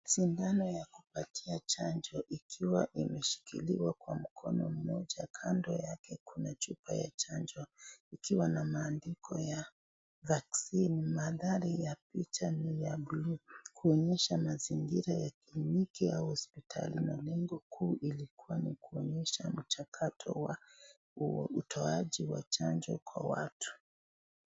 Sindano ya kupatia chanjo ikiwa imeshikiliwa kwa mkono mmoja. Kando yake kuna chupa ya chanjo ikiwa na mandiko ya vaccine . Mandhari ya bluu kuonyesha mazingira ya kliniki au hospitali na lengo kuu ilikuwa ni kuonyesha mchakato wa huo utoaji wa chanjo kwa watu.